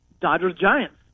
Dodgers-Giants